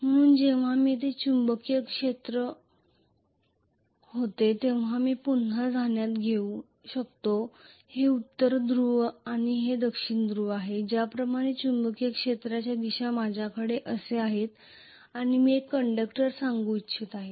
म्हणून जेव्हा मी येथे एक चुंबकीय क्षेत्र होते तेव्हा मी हे पुन्हा ध्यानात घेऊ शकतो हे उत्तर ध्रुव आहे आणि हे दक्षिण ध्रुव आहे ज्याप्रमाणे येथे चुंबकीय क्षेत्राची दिशा माझ्याकडे असे आहे आणि मी येथे एक कंडक्टर घेणार आहे